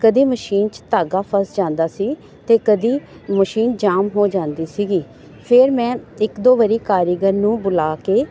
ਕਦੇ ਮਸ਼ੀਨ 'ਚ ਧਾਗਾ ਫਸ ਜਾਂਦਾ ਸੀ ਅਤੇ ਕਦੇ ਮਸ਼ੀਨ ਜਾਮ ਹੋ ਜਾਂਦੀ ਸੀਗੀ ਫਿਰ ਮੈਂ ਇੱਕ ਦੋ ਵਰੀ ਕਾਰੀਗਰ ਨੂੰ ਬੁਲਾ ਕੇ